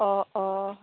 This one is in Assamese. অঁ অঁ